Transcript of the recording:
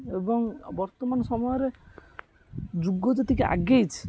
ଏବଂ ବର୍ତ୍ତମାନ ସମୟରେ ଯୁଗ ଯେତିକି ଆଗେଇଛି